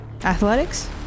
athletics